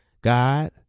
God